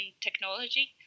technology